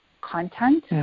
content